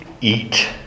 eat